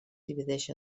divideix